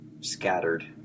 scattered